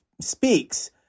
speaks